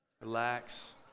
Relax